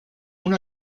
una